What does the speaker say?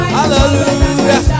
Hallelujah